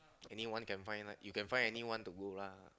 anyone can find right you can find anyone to go lah